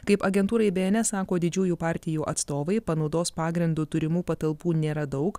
kaip agentūrai bns sako didžiųjų partijų atstovai panaudos pagrindu turimų patalpų nėra daug